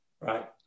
Right